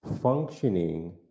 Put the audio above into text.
functioning